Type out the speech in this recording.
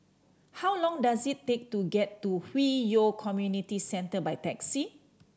how long does it take to get to Hwi Yoh Community Centre by taxi